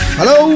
Hello